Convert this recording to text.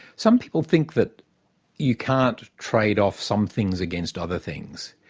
some people think that you can't trade off some things against other things.